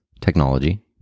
technology